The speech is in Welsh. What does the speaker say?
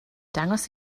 dangos